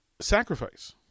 sacrifice